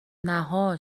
نهها